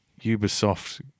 Ubisoft